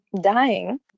dying